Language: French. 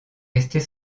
restée